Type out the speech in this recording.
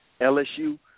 LSU